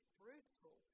brutal